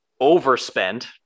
overspend